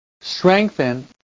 strengthen